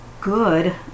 good